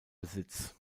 besitz